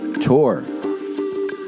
tour